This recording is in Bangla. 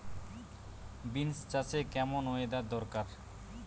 বিন্স চাষে কেমন ওয়েদার দরকার?